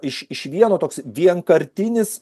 iš iš vieno toks vienkartinis